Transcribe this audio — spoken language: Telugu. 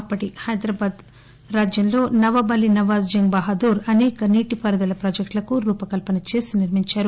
అప్పటి హైదరాబాదు రాజ్యంలో నవాబ్ అలీ నవాజ్ జంగ్ బహదూర్ అనేక నీటిపారుదల ప్రాజెక్టులకు రూపకల్పన చేసి నిర్శించారు